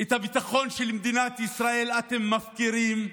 את הביטחון של מדינת ישראל אתם מפקירים.